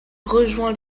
rejoint